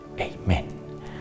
Amen